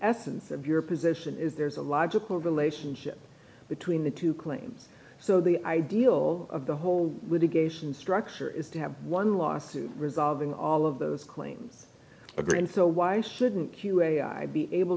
essence of your position is there's a logical relationship between the two claims so the ideal of the whole litigation structure is to have one lawsuit resolving all of those claims a green so why shouldn't q a i be able